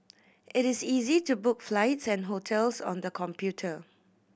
it is easy to book flights and hotels on the computer